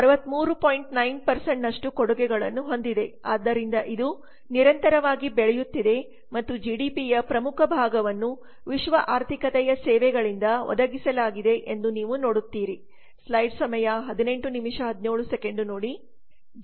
9 ನಷ್ಟು ಕೊಡುಗೆಗಳನ್ನು ಹೊಂದಿದೆ ಆದ್ದರಿಂದ ಇದು ನಿರಂತರವಾಗಿ ಬೆಳೆಯುತ್ತಿದೆ ಮತ್ತು ಜಿಡಿಪಿಯ ಪ್ರಮುಖ ಭಾಗವನ್ನು ವಿಶ್ವ ಆರ್ಥಿಕತೆಯ ಸೇವೆಗಳಿಂದ ಒದಗಿಸಲಾಗಿದೆ ಎಂದು ನೀವು ನೋಡುತ್ತೀರಿ